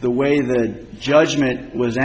the way the judgment was